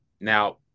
now